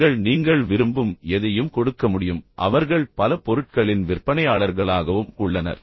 அவர்கள் நீங்கள் விரும்பும் எதையும் கொடுக்க முடியும் பின்னர் அவர்கள் பல பொருட்களின் விற்பனையாளர்களாகவும் உள்ளனர்